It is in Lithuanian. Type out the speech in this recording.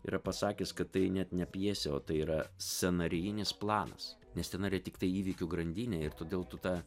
yra pasakęs kad tai net ne pjesė o tai yra scenarijinis planas nes tenai yra tiktai įvykių grandinė ir todėl tu ta